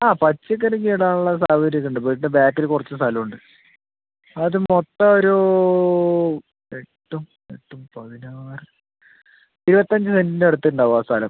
ആ പച്ചക്കറിക്ക് ഇടാൻ ഉള്ള സൗകര്യം ഒക്കെ ഉണ്ട് ഇവിട ബാക്കില് കുറച്ച് സ്ഥലം ഉണ്ട് അത് മൊത്തം ഒരു എട്ടും എട്ടും പതിനാറ് ഇരുപത്തഞ്ച് സെൻറ്റിൻ്റ അടുത്ത് ഉണ്ടാവും ആ സ്ഥലം